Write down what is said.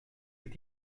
cet